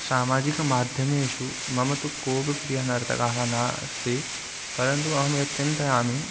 सामाजिकमाध्यमेषु मम तु कोऽपि प्रियनर्तकः न अस्ति परन्तु अहं यत् चिन्तयामि